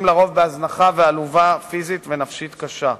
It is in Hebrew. על-פי רוב בהזנחה ובעזובה פיזית ונפשית קשה.